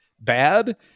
bad